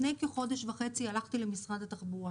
לפני כחודש וחצי הלכתי למשרד התחבורה